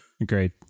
Agreed